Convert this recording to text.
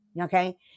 okay